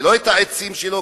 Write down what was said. ולא את העצים שלו,